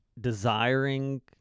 desiring